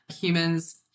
humans